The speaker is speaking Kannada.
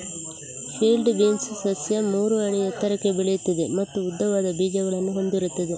ಫೀಲ್ಡ್ ಬೀನ್ಸ್ ಸಸ್ಯ ಮೂರು ಅಡಿ ಎತ್ತರಕ್ಕೆ ಬೆಳೆಯುತ್ತದೆ ಮತ್ತು ಉದ್ದವಾದ ಬೀಜಗಳನ್ನು ಹೊಂದಿರುತ್ತದೆ